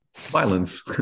violence